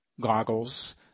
goggles